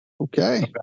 Okay